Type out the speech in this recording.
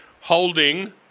holding